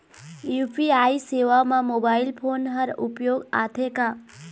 UPI सेवा म mobile phone हर उपयोग आथे का?